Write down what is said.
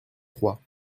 trois